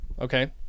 okay